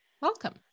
Welcome